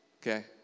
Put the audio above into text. Okay